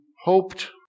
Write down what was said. hoped